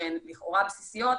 שהן לכאורה בסיסיות,